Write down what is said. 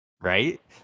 Right